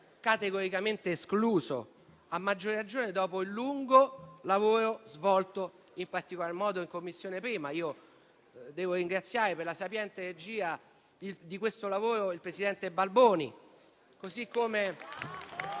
categoricamente escluso, a maggior ragione dopo il lungo lavoro svolto in particolar modo in 1a Commissione. Devo ringraziare per la sapiente regia di questo lavoro il presidente Balboni